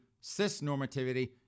cis-normativity